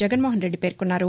జగన్మోహన్రెడ్డి పేర్కొన్నారు